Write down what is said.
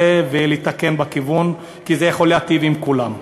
ולתקן בכיוון כי זה יכול להיטיב עם כולם.